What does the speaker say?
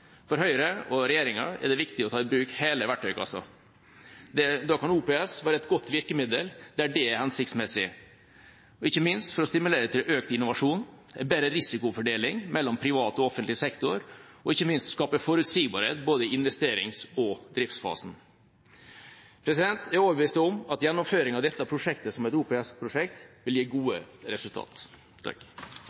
For Høyre og regjeringa er det viktig å ta i bruk hele verktøykassen. Da kan OPS være et godt virkemiddel der det er hensiktsmessig, ikke minst for å stimulere til økt innovasjon og bedre risikofordeling mellom privat og offentlig sektor og å skape forutsigbarhet i både investerings- og driftsfasen. Jeg er overbevist om at gjennomføringen av dette prosjektet som et OPS-prosjekt vil gi gode resultat.